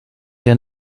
der